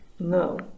No